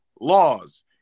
laws